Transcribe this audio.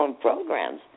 programs